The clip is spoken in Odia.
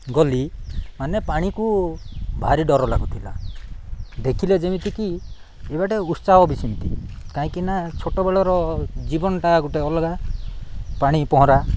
ଗଲି ମାନେ ପାଣିକୁ ଭାରି ଡର ଲାଗୁଥିଲା ଦେଖିଲେ ଯେମିତିକି ଏ ବାଟେ ଉତ୍ସାହ ବି ସେମିତି କାହିଁକିନା ଛୋଟବେଳର ଜୀବନଟା ଗୋଟେ ଅଲଗା ପାଣି ପହଁରା